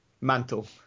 mantle